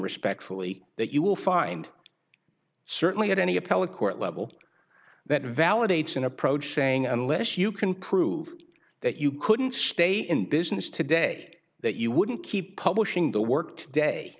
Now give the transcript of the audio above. respectfully that you will find certainly at any appellate court level that validates an approach saying unless you can prove that you couldn't stay in business today that you wouldn't keep publishing the work today